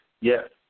Yes